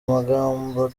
amagambo